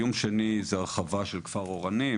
האיום השני הוא הרחבה של כפר אורנים,